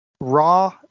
raw